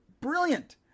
Brilliant